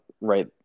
right